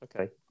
Okay